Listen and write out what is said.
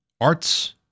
arts